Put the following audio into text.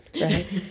right